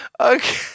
Okay